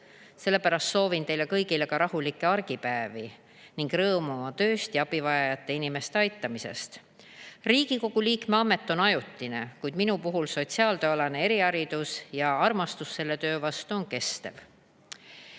Sellepärast soovin teile kõigile ka rahulikke argipäevi ning rõõmu oma tööst ja abivajavate inimeste aitamisest. Riigikogu liikme amet on ajutine, kuid minul on sotsiaaltööalane eriharidus ja minu armastus selle töö vastu on kestev.